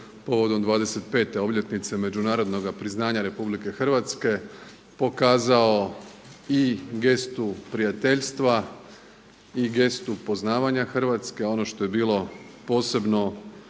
povodom 25 obljetnice međunarodnog priznanja Republike Hrvatske pokazao i gestu prijateljstva i gestu poznavanja Hrvatske. Ono što je bilo posebno